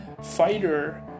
fighter